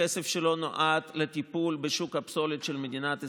הכסף שלה נועד לטיפול בשוק הפסולת של מדינת ישראל,